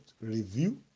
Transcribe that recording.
review